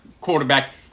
quarterback